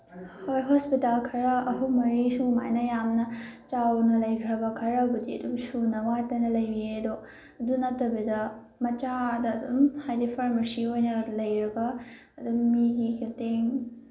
ꯍꯣꯏ ꯍꯣꯁꯄꯤꯇꯥꯜ ꯈꯔ ꯑꯍꯨꯝ ꯃꯔꯤ ꯁꯨꯃꯥꯏꯅ ꯌꯥꯝꯅ ꯆꯥꯎꯅ ꯂꯩꯈ꯭ꯔꯕ ꯈꯔꯕꯨꯗꯤ ꯑꯗꯨꯝ ꯁꯨꯅ ꯋꯥꯠꯇꯅ ꯂꯩꯔꯤꯌꯦ ꯑꯗꯣ ꯑꯗꯨ ꯅꯠꯇꯕꯤꯗ ꯃꯆꯥꯗ ꯑꯗꯨꯝ ꯍꯥꯏꯗꯤ ꯐꯥꯔꯃꯥꯁꯤ ꯑꯣꯏꯅ ꯂꯩꯔꯒ ꯑꯗꯨꯝ ꯃꯤꯒꯤ ꯃꯇꯦꯡ